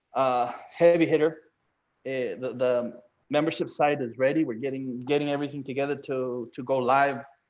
a heavy hitter in the membership site is ready. we're getting getting everything together to to go live.